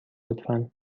لطفا